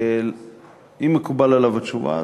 אם מקובלת עליו התשובה,